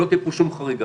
שלא תהיה פה שום חריגה.